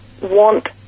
want